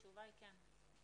התשובה היא כן.